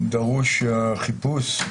דרוש חיפוש,